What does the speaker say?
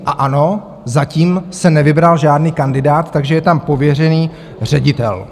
A ano, zatím se nevybral žádný kandidát, takže je tam pověřený ředitel.